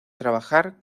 trabajar